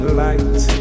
light